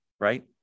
Right